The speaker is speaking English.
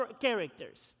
characters